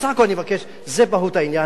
בסך הכול אני מבקש, זו מהות העניין.